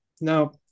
Now